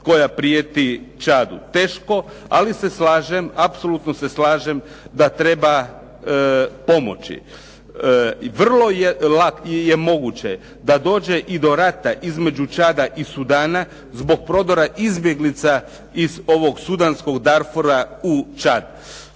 koja prijeti Čadu. Teško, ali se slažem, apsolutno se slažem da treba pomoći. Vrlo je moguće da dođe i do rata između Čada i Sudana zbog prodora izbjeglica iz ovog sudanskog Darfura u Čad.